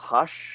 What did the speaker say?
Hush